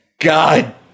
God